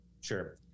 Sure